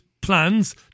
plans